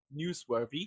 newsworthy